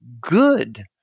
good